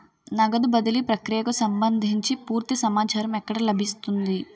నగదు బదిలీ ప్రక్రియకు సంభందించి పూర్తి సమాచారం ఎక్కడ లభిస్తుంది?